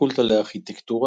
הפקולטה לארכיטקטורה